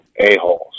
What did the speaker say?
a-holes